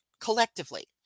collectively